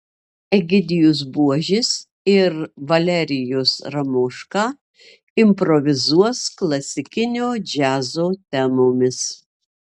egidijus buožis ir valerijus ramoška improvizuos klasikinio džiazo temomis